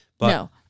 No